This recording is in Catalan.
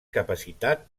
capacitat